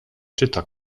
czyta